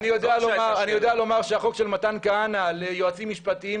אני יודע לומר שהחוק של מתן כהנא ליועצים משפטיים